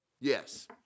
Yes